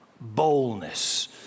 boldness